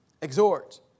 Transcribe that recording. Exhort